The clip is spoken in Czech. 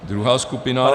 Druhá skupina